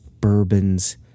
bourbons